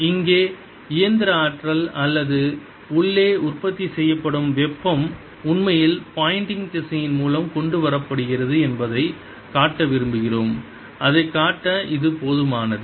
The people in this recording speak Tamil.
இங்கே இயந்திர ஆற்றல் அல்லது உள்ளே உற்பத்தி செய்யப்படும் வெப்பம் உண்மையில் போயிண்டிங் திசையன் மூலம் கொண்டு வரப்படுகிறது என்பதைக் காட்ட விரும்புகிறோம் அதைக் காட்ட இது போதுமானது